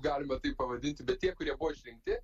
galima tai pavadinti bet tie kurie buvo išrinkti